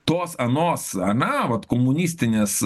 tos anos ana vat komunistinės